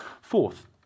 Fourth